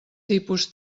tipus